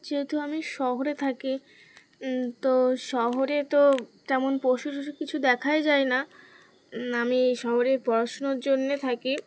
যেহেতু আমি শহরে থাকি তো শহরে তো তেমন পশু টশু কিছু দেখাই যায় না আমি শহরে পড়াশুনোর জন্যে থাকি